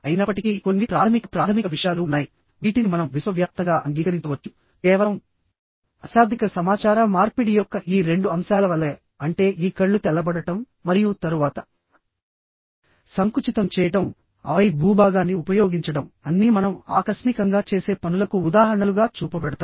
అయినప్పటికీ కొన్ని ప్రాథమిక ప్రాథమిక విషయాలు ఉన్నాయి వీటిని మనం విశ్వవ్యాప్తంగా అంగీకరించవచ్చు కేవలం అశాబ్దిక సమాచార మార్పిడి యొక్క ఈ రెండు అంశాల వలె అంటే ఈ కళ్ళు తెల్లబడటం మరియు తరువాత సంకుచితం చేయడంఆపై భూభాగాన్ని ఉపయోగించడం అన్నీ మనం ఆకస్మికంగా చేసే పనులకు ఉదాహరణలుగా చూపబడతాయి